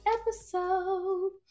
episode